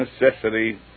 necessity